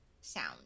sound